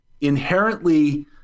inherently